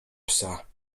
psa